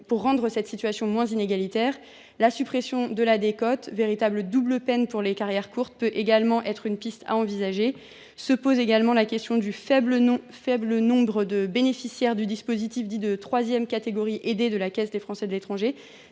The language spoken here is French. le rendre moins inégalitaire. La suppression de la décote, véritable double peine pour les carrières courtes, offre, par exemple, une piste à envisager. Se pose également la question du faible nombre de bénéficiaires du dispositif dit de troisième catégorie aidée de la Caisse des Français de l’étranger.